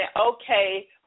okay